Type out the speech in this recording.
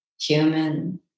human